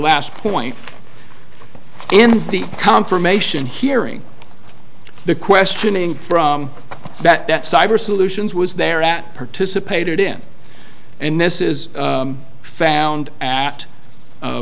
last point in the confirmation hearing the questioning from that that cyber solutions was there at participated in and this is found at